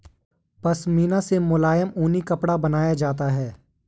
पशमीना से मुलायम ऊनी कपड़ा बनाया जाता है